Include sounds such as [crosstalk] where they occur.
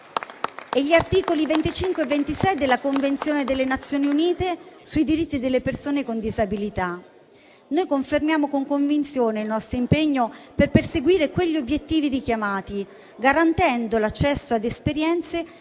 gli articoli 25 e 26 della Convenzione delle Nazioni unite sui diritti delle persone con disabilità. [applause] Noi confermiamo con convinzione il nostro impegno per perseguire quegli obiettivi richiamati, garantendo l'accesso ad esperienze